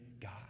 God